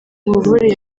nkuvure